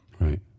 Right